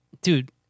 Dude